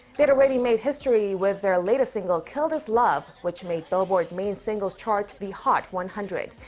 they'd already made history with their latest single kill this love, which made billboard's main singles chart, the hot one hundred.